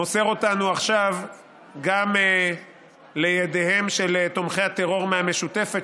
מוסר אותנו עכשיו גם לידיהם של תומכי הטרור מהמשותפת,